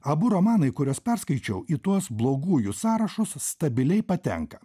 abu romanai kuriuos perskaičiau į tuos blogųjų sąrašus stabiliai patenka